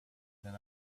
than